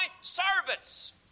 servants